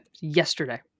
yesterday